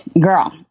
girl